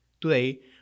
Today